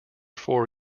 four